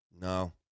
no